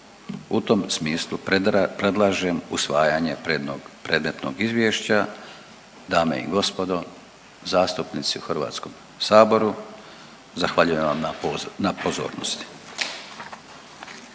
U tom smislu predlažem usvajanje predmetnog izvješća. Dame i gospodo, zastupnici u Hrvatskom saboru zahvaljujem vam na pozornosti.